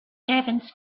servants